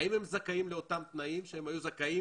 האם הם זכאים לאותם תנאים להם הם היו זכאים